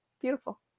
Beautiful